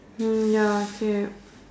ya cap